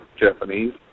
Japanese